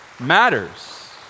matters